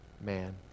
man